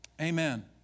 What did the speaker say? Amen